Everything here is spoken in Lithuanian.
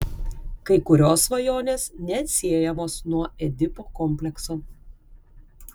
kai kurios svajonės neatsiejamos nuo edipo komplekso